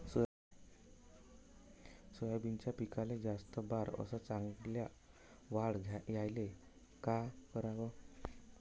सोयाबीनच्या पिकाले जास्त बार अस चांगल्या वाढ यायले का कराव?